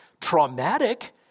traumatic